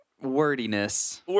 wordiness